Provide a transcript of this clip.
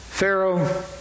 Pharaoh